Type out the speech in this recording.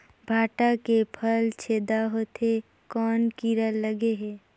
भांटा के फल छेदा होत हे कौन कीरा लगे हे?